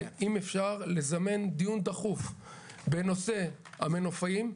אם אפשר לזמן דיון דחוף בנושא המנופאים.